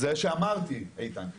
זה שאמרתי, איתן.